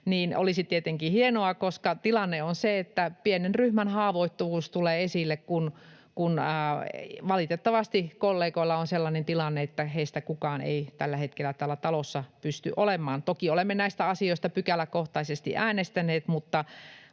niin se olisi tietenkin hienoa, koska tilanne on se, että pienen ryhmän haavoittuvuus tulee esille, kun valitettavasti kollegoilla on sellainen tilanne, että heistä kukaan ei tällä hetkellä täällä talossa pysty olemaan. Toki olemme näistä asioista pykäläkohtaisesti äänestäneet, mutta